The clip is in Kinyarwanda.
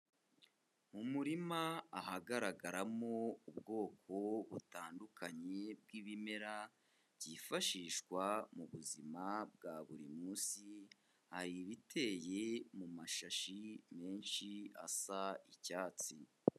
Mu murima ahagaragaramo ubwoko butandukanye bw'ibimera byifashishwa muzima bwa buri munsi, hari ibiteye mu mashashi menshi asa icyatsi.